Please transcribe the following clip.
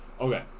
Okay